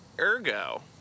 Ergo